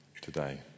today